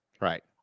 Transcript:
Right